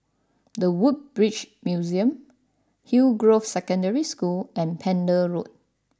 The Woodbridge Museum Hillgrove Secondary School and Pender Road